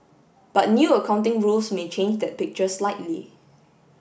but new accounting rules may change that picture slightly